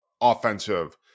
offensive